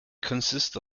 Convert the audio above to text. consist